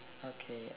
okay